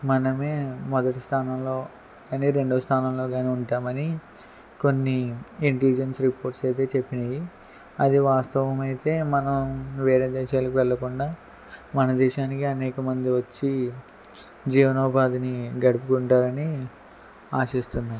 మనమే మొదటి స్థానంలో గానీ రెండో స్థానంలో కానీ ఉంటామని కొన్ని ఇంటెలిజెన్స్ రిపోర్ట్ అయితే చెప్పినవి అది వాస్తవమైతే మనం వేరే దేశాలకు వెళ్ళకుండా మన దేశానికే అనేకమంది వచ్చి జీవనోపాధిని గడుపుకుంటారని ఆశిస్తున్నాను